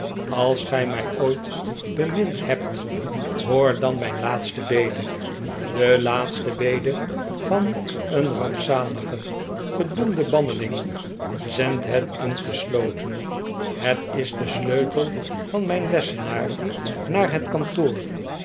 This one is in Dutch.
als gij mij ooit bemind hebt hoor dan mijn laatste bede de laatste bede van een rampzaligen gedoemden banneling zend het ingeslotene het is de sleutel van mijn lessenaar naar het kantoor